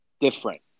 different